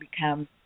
become